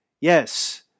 Yes